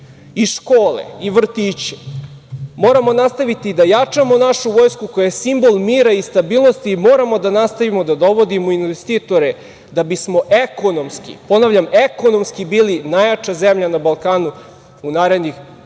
i škole i vrtiće. Moramo nastaviti da jačamo našu vojsku koja je simbol mira i stabilnosti i moramo da nastavimo da dovodimo investitore da bismo ekonomski, ponavljam ekonomski, bili najjača zemlja na Balkanu u narednih